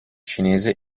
cinese